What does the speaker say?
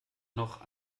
noch